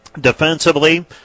Defensively